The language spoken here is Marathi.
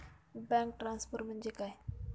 बँक ट्रान्सफर म्हणजे काय?